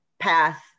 path